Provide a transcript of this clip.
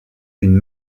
une